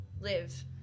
live